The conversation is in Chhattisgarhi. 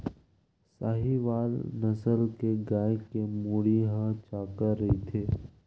साहीवाल नसल के गाय के मुड़ी ह चाकर रहिथे